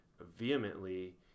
vehemently